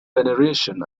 veneration